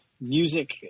music